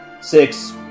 Six